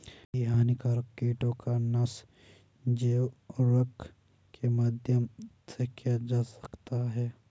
कई हानिकारक कीटों का नाश जैव उर्वरक के माध्यम से किया जा सकता है